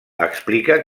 explica